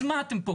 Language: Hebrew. אז מה אתם פה?